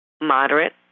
moderate